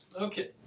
Okay